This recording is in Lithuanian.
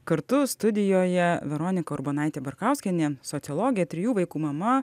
kartu studijoje veronika urbonaitė barkauskienė sociologė trijų vaikų mama